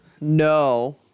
No